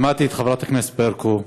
שמעתי את חברת הכנסת ברקו,